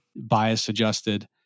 bias-adjusted